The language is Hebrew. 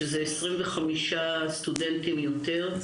שזה 25 סטודנטים יותר,